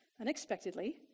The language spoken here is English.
unexpectedly